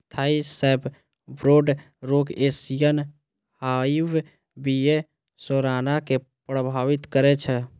Thai sacbrood रोग Asian hive bee A सेराना कें प्रभावित करै छै